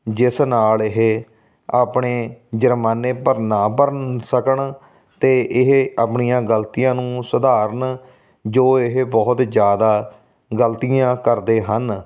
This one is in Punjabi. ਜਿਸ ਨਾਲ ਇਹ ਆਪਣੇ ਜੁਰਮਾਨੇ ਭਰ ਨਾ ਭਰ ਸਕਣ ਅਤੇ ਇਹ ਆਪਣੀਆਂ ਗਲਤੀਆਂ ਨੂੰ ਸੁਧਾਰਨ ਜੋ ਇਹ ਬਹੁਤ ਜ਼ਿਆਦਾ ਗਲਤੀਆਂ ਕਰਦੇ ਹਨ